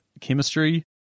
chemistry